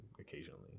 occasionally